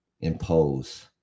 impose